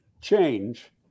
change